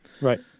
Right